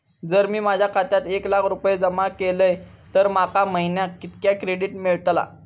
जर मी माझ्या खात्यात एक लाख रुपये जमा केलय तर माका महिन्याक कितक्या क्रेडिट मेलतला?